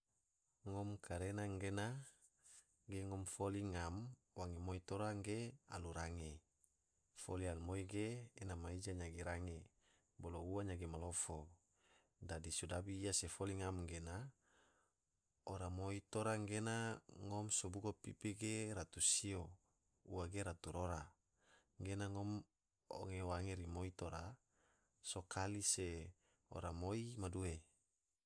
Ngom karena gena ge foli ngam wange moi tora ge alu range, foli alumoi ge ena ma ija nyagi range bolo ua nyagi malofo, dadi sodabi iya se foli ngam anggena ora moi tora gena ngom sobugo pipi ge ratu sio ua ge ratu rora, anggena ngom oyo wange rimoi tora so kali se ora moi ma due.